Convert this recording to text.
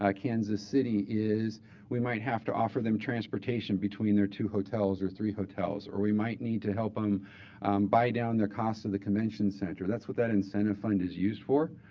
kansas city, is we might have to offer them transportation between their two hotels or three hotels. or we might need to help them buy down their cost of the convention center. that's what that incentive fund is used for.